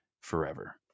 forever